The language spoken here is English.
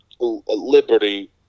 liberty